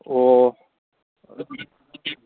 ꯑꯣ